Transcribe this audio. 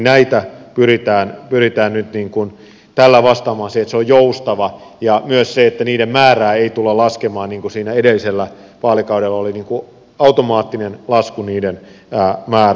tällä pyritään vastaamaan siihen että järjestelmä on joustava ja myös siihen että niiden määrää ei tulla laskemaan niin kuin siinä edellisellä vaalikaudella oli automaattinen lasku niiden määrässä